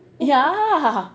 yeah